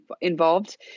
involved